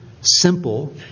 simple